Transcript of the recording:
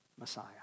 Messiah